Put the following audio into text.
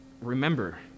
remember